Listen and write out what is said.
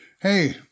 Hey